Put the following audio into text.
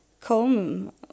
come